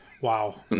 Wow